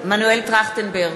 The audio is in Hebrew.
מנואל טרכטנברג,